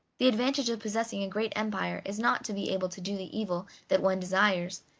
the advantage of possessing a great empire is not to be able to do the evil that one desires,